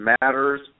matters